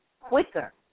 quicker